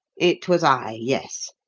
it was i yes.